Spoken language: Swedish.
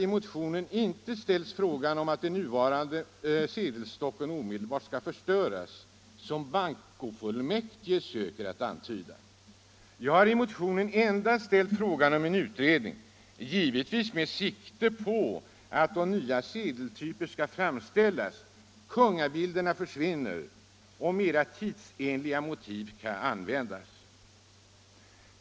I motionen ställs inte yrkande att den nuvarande sedelstocken omedelbart skall förstöras, som fullmäktige i riksbanken försöker antyda. Jag har i motionen endast ställt yrkande om en utredning, givetvis med sikte på att kungabilderna skall försvinna då nya sedeltyper framställs och mera tidsenliga motiv i stället komma till användning.